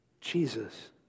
Jesus